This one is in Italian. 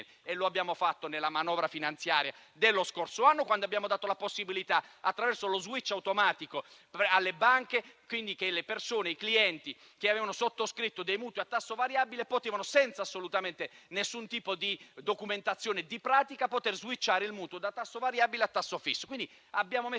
Lo abbiamo fatto nella manovra finanziaria dello scorso anno, quando abbiamo stabilito, attraverso lo *switch* automatico alle banche, che i clienti che avevano sottoscritto dei mutui a tasso variabile potessero, senza assolutamente alcun tipo di documentazione o pratica, switchare il mutuo da tasso variabile a tasso fisso. Abbiamo messo